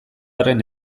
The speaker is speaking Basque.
arren